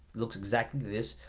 looks exactly this.